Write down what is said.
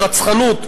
ברצחנות,